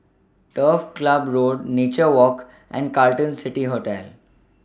Turf Ciub Road Nature Walk and Carlton City Hotel